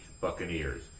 Buccaneers